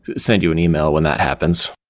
send you and email when that happens.